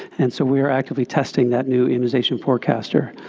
and so we are actively testing that new immunization forecaster.